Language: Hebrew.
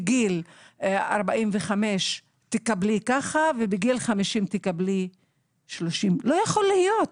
בגיל 45 תקבלי ככה ובגיל 50 תקבלי 30. לא יכול להיות,